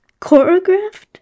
Choreographed